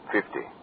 Fifty